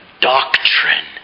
doctrine